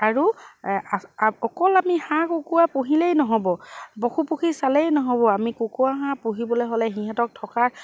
আৰু অকল আমি হাঁহ কুকুৰা পুহিলেই নহ'ব পশুপক্ষী চালেই নহ'ব আমি কুকুৰা হাঁহ পুহিবলৈ হ'লে সিহঁতক থকাৰ